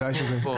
אנחנו, כן, כאן.